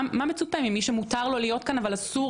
מה מצופה ממי שמותר לו להיות כאן אבל אסור